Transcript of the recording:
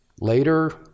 later